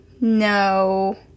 no